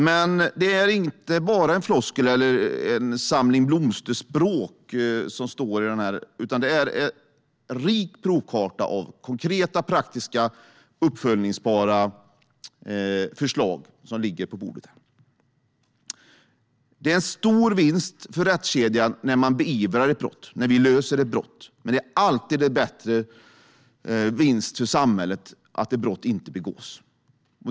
Men det är inte bara floskler eller en samling blomsterspråk i betänkandet, utan det är en rik provkarta på konkreta, praktiska och uppföljbara förslag som ligger på bordet. Det är en stor vinst för rättskedjan när ett brott blir löst och beivras, men det är alltid en större vinst för samhället att brott inte begås.